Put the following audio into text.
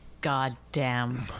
goddamn